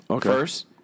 First